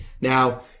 now